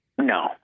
No